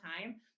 time